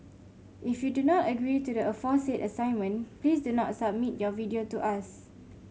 if you do not agree to the aforesaid assignment please do not submit your video to us